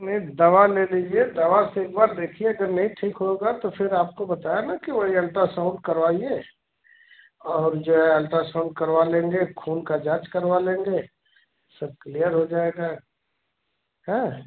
नहीं दवा ले लीजिए दवा से एक बार देखिए अगर नहीं ठीक होगा तो फिर आपको बताया ना कि वही अल्ट्रासाउंड करवाइए और जो है अल्ट्रासाउंड करवा लेंगे खून का जाँच करवा लेंगे सब क्लियर हो जाएगा हाँ